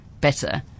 better